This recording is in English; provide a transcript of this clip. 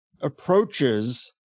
approaches